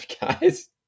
guys